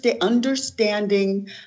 Understanding